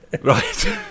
Right